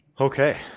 Okay